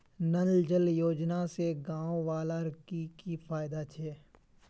नल जल योजना से गाँव वालार की की फायदा छे?